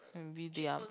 envy their